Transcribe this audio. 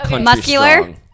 Muscular